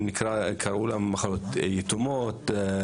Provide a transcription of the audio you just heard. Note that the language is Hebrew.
קראו להם מחלות יתומות,